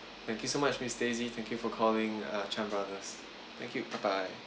thank you so much miss daisy thank you for calling uh chan brothers thank you bye bye